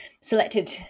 selected